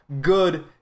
good